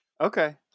Okay